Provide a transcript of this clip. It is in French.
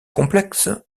complexe